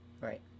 Right